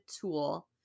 tool